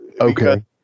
Okay